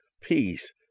peace